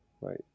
Right